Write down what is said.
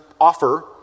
offer